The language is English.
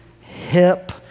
hip